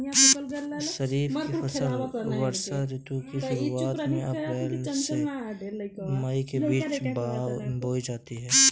खरीफ की फसलें वर्षा ऋतु की शुरुआत में अप्रैल से मई के बीच बोई जाती हैं